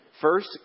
First